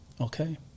Okay